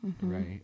Right